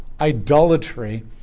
idolatry